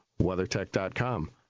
WeatherTech.com